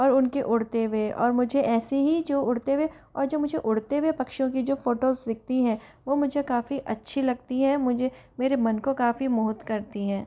और उनके उड़ते हुए और मुझे ऐसे ही जो उड़ते हुए और जो मुझे उड़ते हुए पक्षियों की जो फ़ोटोस दिखती है वो मुझे काफ़ी अच्छी लगती है मुझे मेरे मन को काफ़ी मोहित करती हैं